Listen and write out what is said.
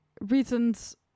Reasons